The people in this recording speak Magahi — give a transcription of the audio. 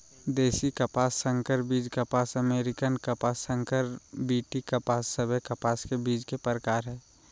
देशी कपास, संकर बीज कपास, अमेरिकन कपास, संकर बी.टी कपास सभे कपास के बीज के प्रकार हय